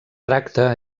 tracta